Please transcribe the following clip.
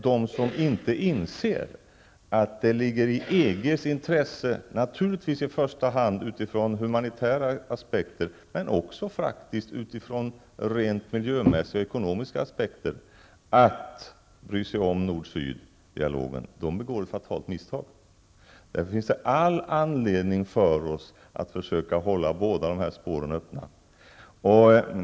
De som inte inser att det ligger i EGs intresse, i första hand naturligtvis utifrån humanitära aspekter, men också utifrån rent miljömässiga och ekonomiska aspekter, att bry sig om nord--syd-dialogen begår ett fatalt misstag. Därför finns det all anledning för oss att försöka hålla båda dessa spår öppna.